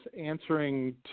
answering